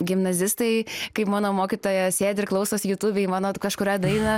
gimnazistai kaip mano mokytoja sėdi ir klausosi jutubėj mano kažkurią dainą